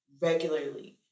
regularly